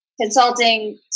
Consulting